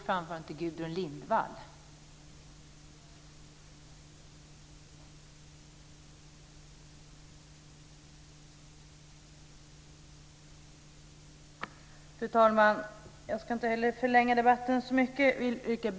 Fru talman!